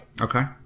okay